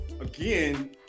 again